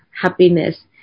happiness